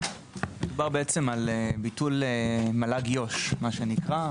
מדובר על ביטול מל"ג יו"ש, מה שנקרא.